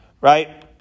right